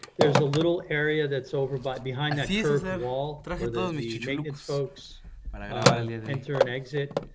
there's a little area that's over but behind that curved wall where the the maintenance folks enter an exit,